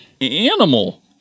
animal